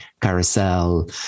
carousel